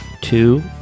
Two